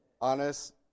Honest